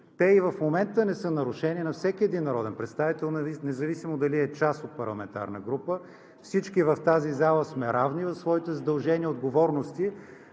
Те и в момента не са нарушени на всеки един народен представител, независимо дали е част от парламентарна група. Всички в тази зала сме равни в своите задължения и отговорности,